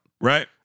right